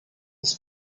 his